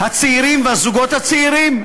הצעירים והזוגות הצעירים,